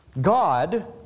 God